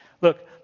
Look